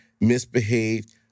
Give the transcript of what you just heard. misbehaved